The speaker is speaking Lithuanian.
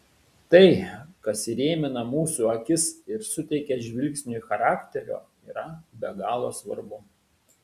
tai kas įrėmina mūsų akis ir suteikia žvilgsniui charakterio yra be galo svarbu